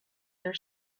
their